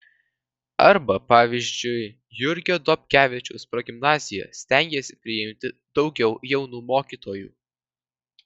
arba pavyzdžiui jurgio dobkevičiaus progimnazija stengiasi priimti daugiau jaunų mokytojų